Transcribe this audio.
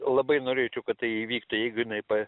labai norėčiau kad tai įvyktų jeigu jinai pa